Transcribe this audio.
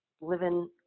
living